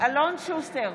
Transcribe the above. אלון שוסטר,